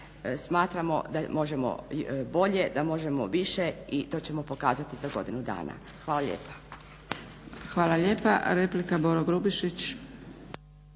smatramo da možemo bolje, da možemo više i to ćemo pokazati za godinu dana. Hvala lijepa. **Zgrebec, Dragica (SDP)** Hvala lijepa. Replika Boro Grubišić.